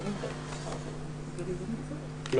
אמא